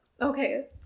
Okay